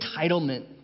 entitlement